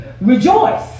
rejoice